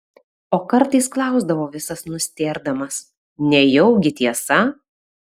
o kartais klausdavo visas nustėrdamas nejaugi tiesa